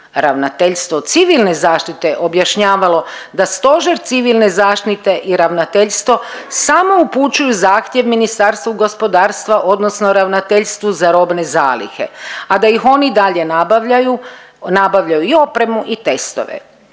Ravnateljstvo Civilne zaštite je objašnjavalo da Stožer Civilne zaštite i Ravnateljstvo samo upućuju zahtjev Ministarstvu gospodarstva, odnosno Ravnateljstvu za robne zalihe, a da ih oni dalje nabavljaju, nabavljaju i opremu i testove.